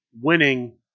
winning